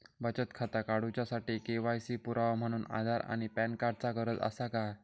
बचत खाता काडुच्या साठी के.वाय.सी पुरावो म्हणून आधार आणि पॅन कार्ड चा गरज आसा काय?